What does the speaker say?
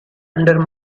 under